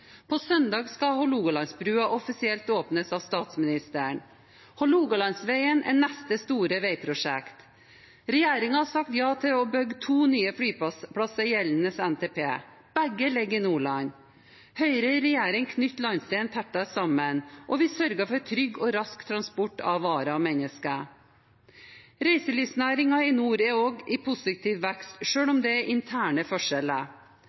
På søndag skal Hålogalandsbrua offisielt åpnes av statsministeren. Hålogalandsveien er neste store veiprosjekt. Regjeringen har i gjeldende Nasjonal transportplan sagt ja til å bygge to nye flyplasser – begge ligger i Nordland. Høyre i regjering knytter landsdelen tettere sammen, og vi sørger for trygg og rask transport av varer og mennesker. Reiselivsnæringen i nord er også i positiv vekst, selv om det er interne forskjeller.